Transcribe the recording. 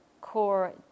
core